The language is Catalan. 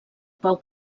pau